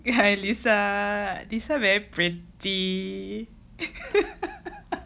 hi lisa lisa very pretty